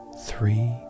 three